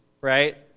right